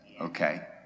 okay